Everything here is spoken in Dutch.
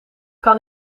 kan